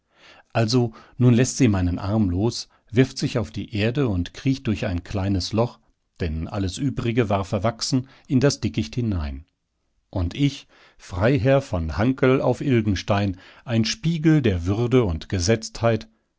also nun läßt sie meinen arm los wirft sich auf die erde und kriecht durch ein kleines loch denn alles übrige war verwachsen in das dickicht hinein und ich freiherr von hanckel auf ilgenstein ein spiegel der würde und gesetztheit